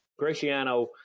Graciano